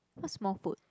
what small foot